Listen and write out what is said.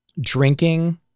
Drinking